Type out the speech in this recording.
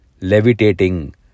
levitating